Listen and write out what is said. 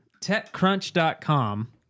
TechCrunch.com